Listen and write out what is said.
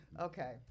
Okay